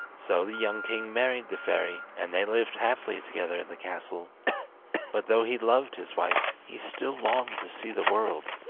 so the young king married the fairy, and they lived happily together in the castle but though he loved his wife he still longed to see the world.